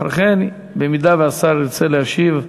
אחרי כן, אם השר ירצה להשיב,